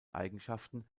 eigenschaften